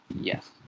Yes